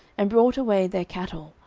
and brought away their cattle,